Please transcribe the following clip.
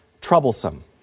troublesome